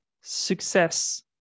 success